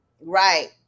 right